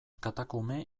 katakume